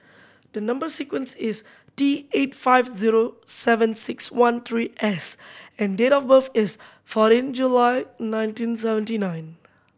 the number sequence is T eight five zero seven six one three S and date of birth is fourteen July nineteen seventy nine